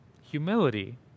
humility